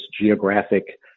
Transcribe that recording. geographic